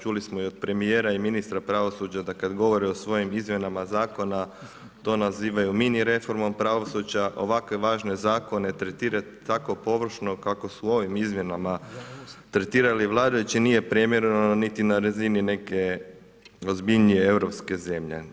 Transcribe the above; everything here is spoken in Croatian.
Čuli smo i od premijera i ministra pravosuđa da kada govore o svojim izmjenama zakona to nazivaju mini reformom pravosuđa, ovako važne zakone tretirati tako površno kako su ovim izmjenama tretirali vladajući nije primjereno niti na razini neke ozbiljnije europske zemlje.